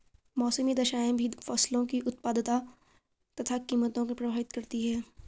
मौसमी दशाएं भी फसलों की उत्पादकता तथा कीमतों को प्रभावित करती है